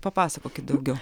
papasakokit daugiau